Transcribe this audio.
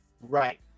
Right